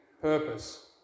purpose